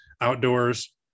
outdoors